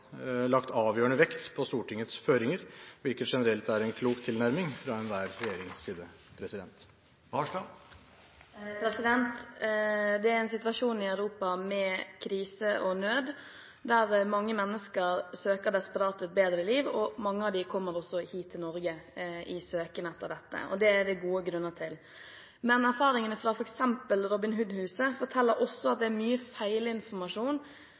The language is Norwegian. lagt avgjørende vekt på Stortingets føringer, hvilket generelt er en klok tilnærming fra enhver regjerings side. Det er en situasjon i Europa med krise og nød, der mange mennesker søker desperat et bedre liv. Mange av dem kommer også hit til Norge i søken etter dette, og det er det gode grunner til. Men erfaringene fra f.eks. Robin Hood Huset forteller også at det er mye feilinformasjon, mange lurer mennesker hit på feil